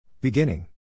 Beginning